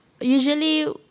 usually